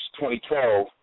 2012